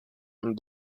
and